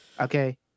okay